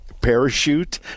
parachute